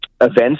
events